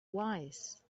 wise